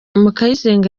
mukayisenga